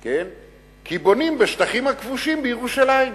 כי בונים בשטחים הכבושים בירושלים.